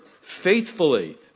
faithfully